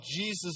Jesus